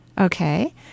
Okay